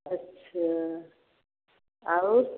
अच्छा और